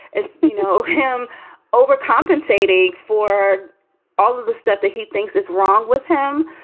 is, you know, him overcompensating for all of the stuff that he thinks is wrong with him.